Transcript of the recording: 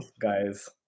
guys